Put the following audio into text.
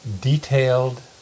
detailed